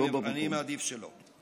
אני מעדיף שלא.